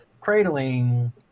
cradling